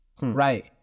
Right